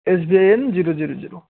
S B I N zero zero zero